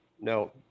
no